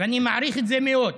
ואני מעריך את זה מאוד.